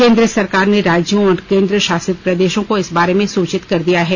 केंद्र सरकार ने राज्यों और केंद्रशासित प्रदेशों को इस बारे में सूचित कर दिया है